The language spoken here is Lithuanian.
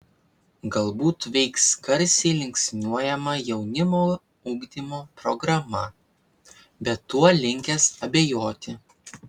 galbūt veiks garsiai linksniuojama jaunimo ugdymo programa bet tuo linkęs abejoti